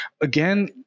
again